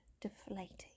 deflating